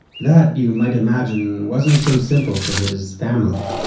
that, you might imagine, wasn't so simple for his family.